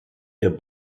der